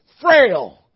frail